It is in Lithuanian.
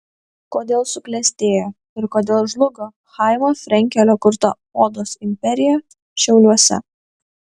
kodėl suklestėjo ir kodėl žlugo chaimo frenkelio kurta odos imperija šiauliuose